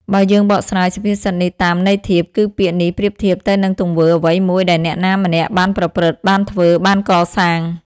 បើយើងបកស្រាយសុភាសិតនេះតាម ន័យធៀប គឺ ពាក្យនេះប្រៀបធៀបទៅលើទង្វើអ្វីមួយដែលអ្នកណាម្នាក់បានប្រព្រឹត្ត បានធ្វើ បានសាង ។